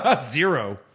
Zero